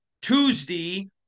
Tuesday